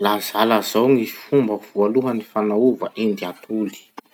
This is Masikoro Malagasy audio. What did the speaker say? Lazalazao ny fomba voalohany fanaova endy atoly.